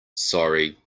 sorry